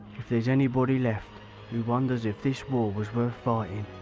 if there's anybody left who wonders if this war was worth fighting,